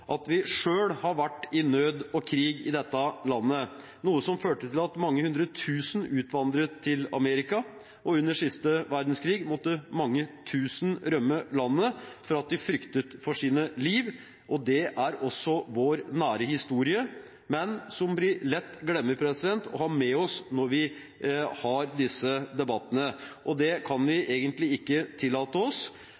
får vi minne hverandre om at vi selv har vært i nød og krig i dette landet, noe som førte til at mange hundretusen utvandret til Amerika, og under siste verdenskrig måtte mange tusen rømme landet fordi de fryktet for sitt liv. Det er vår nære historie, men som vi lett glemmer å ha med oss når vi har disse debattene. Det kan vi